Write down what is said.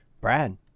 Brad